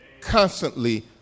constantly